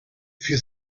für